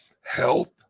health